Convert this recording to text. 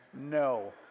no